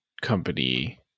company